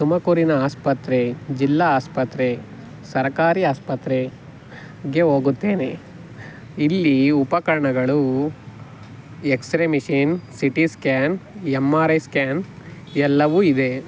ತುಮಕೂರಿನ ಆಸ್ಪತ್ರೆ ಜಿಲ್ಲಾ ಆಸ್ಪತ್ರೆ ಸರಕಾರಿ ಆಸ್ಪತ್ರೆಗೆ ಹೋಗುತ್ತೇನೆ ಇಲ್ಲಿ ಉಪಕರಣಗಳೂ x ray machine C T scan M R I scan ಎಲ್ಲವೂ ಇದೆ